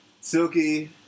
Silky